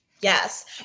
Yes